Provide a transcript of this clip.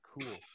cool